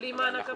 בלי מענק עבודה.